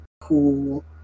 cool